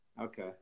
Okay